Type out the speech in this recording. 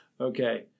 Okay